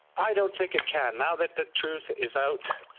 i don't think it can, now that the truth is out,